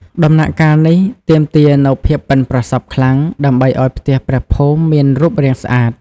ដំណាក់កាលនេះទាមទារនូវភាពប៉ិនប្រសប់ខ្លាំង ដើម្បីឲ្យផ្ទះព្រះភូមិមានរូបរាងស្អាត។